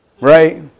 Right